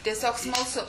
tiesiog smalsu